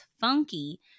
funky